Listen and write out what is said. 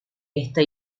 esta